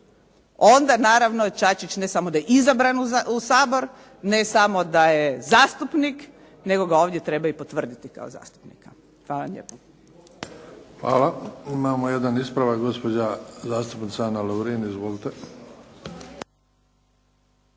onda naravno Čačić ne samo da je izabran u Sabor, ne samo da je zastupnik, nego ga ovdje treba i potvrditi kao zastupnica. Hvala vam lijepo. **Bebić, Luka (HDZ)** Hvala. Imamo jedan ispravak, gospođa zastupnica Ana Lovrin. Izvolite.